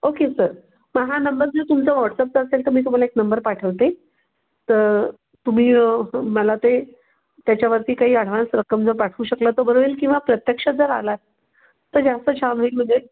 okay sir मग हा number जर तुमचा वॉट्सअपचा असेल तर मी तुम्हाला एक नंबर पाठवते तर तुम्ही मला ते त्याच्यावरती काही ॲडव्हान्स रक्कम जर पाठवू शकला तर बरं होईल किंवा प्रत्यक्षात जर आला तर जास्त छान होईल म्हणजे